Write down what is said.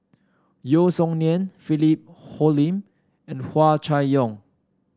Yeo Song Nian Philip Hoalim and Hua Chai Yong